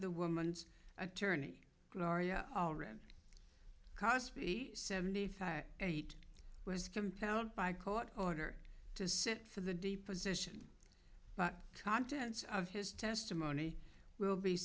the woman's attorney gloria allred cost seventy five eight was compelled by court order to sit for the d position but contents of his testimony will be